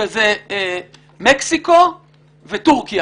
שזה מקסיקו וטורקיה,